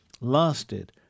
lasted